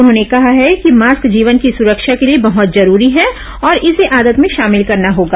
उन्होंने कहा है कि मास्क जीवन की सुरक्षा के लिए बहृत जरूरी है और इसे आदत में शामिल करना होगा